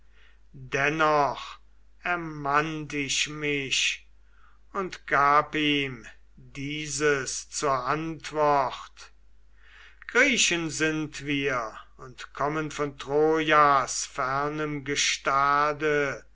dennoch ermannt ich mich und gab ihm dieses zur antwort griechen sind wir und kommen von trojas fernem gestade